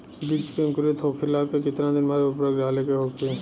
बिज के अंकुरित होखेला के कितना दिन बाद उर्वरक डाले के होखि?